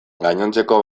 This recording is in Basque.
gainontzeko